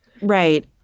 Right